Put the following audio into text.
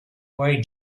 white